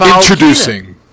Introducing